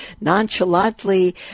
nonchalantly